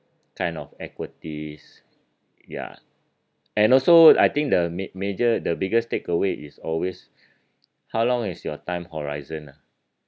kind of equities ya and also I think the ma~ major the biggest takeaway is always how long is your time horizon lah